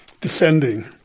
descending